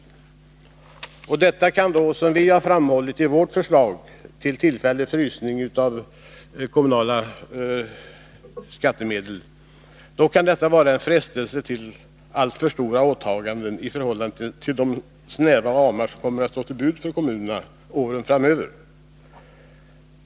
Detta kan i vissa fall — som vi har framhållit i vårt förslag om tillfällig frysning av kommunala skattemedel — vara en frestelse till alltför stora åtaganden i förhållande till de snäva ramar som kommer att stå till buds för kommunerna under åren framöver.